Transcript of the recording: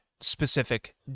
specific